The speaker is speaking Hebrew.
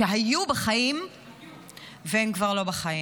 שהיו בחיים והם כבר לא בחיים.